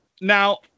Now